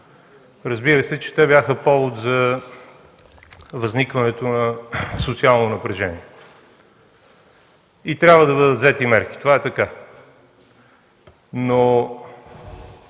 Разбира се, че те бяха повод за възникването на социално напрежение и трябва да бъдат взети мерки. Това е така.